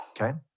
Okay